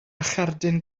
cherdyn